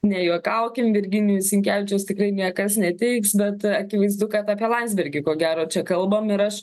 nejuokaukim virginijaus sinkevičiaus tikrai niekas neteiks bet akivaizdu kad apie landsbergį ko gero čia kalbam ir aš